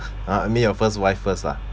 uh I mean your first wife first lah